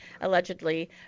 allegedly